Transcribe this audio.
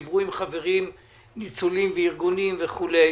דיברו עם חברים ניצולים וארגונים וכולי,